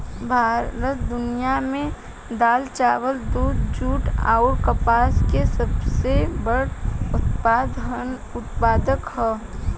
भारत दुनिया में दाल चावल दूध जूट आउर कपास के सबसे बड़ उत्पादक ह